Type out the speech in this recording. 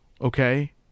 okay